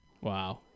wow